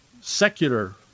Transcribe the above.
secular